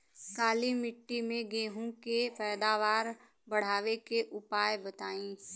काली मिट्टी में गेहूँ के पैदावार बढ़ावे के उपाय बताई?